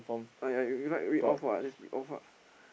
!aiya! you you like read off what just read off ah